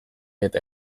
eta